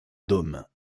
dôme